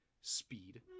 speed